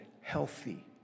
healthy